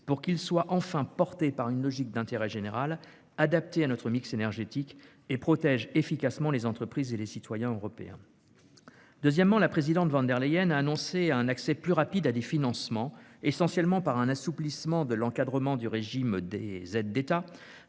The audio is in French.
celui-ci soit enfin porté par une logique d'intérêt général et adapté à notre mix énergétique et qu'il protège efficacement les entreprises et les citoyens européens. Deuxièmement, la présidente von der Leyen a annoncé un accès plus rapide à des financements, essentiellement grâce à un assouplissement de l'encadrement du régime des aides d'État,